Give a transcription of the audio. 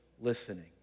listening